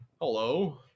Hello